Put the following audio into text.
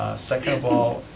second of all,